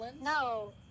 No